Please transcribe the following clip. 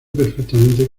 perfectamente